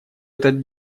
этот